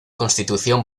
constitución